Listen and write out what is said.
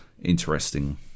interesting